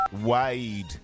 Wade